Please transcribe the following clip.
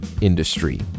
industry